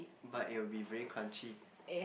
but it will be very crunchy